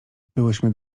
byłyśmy